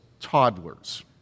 Toddlers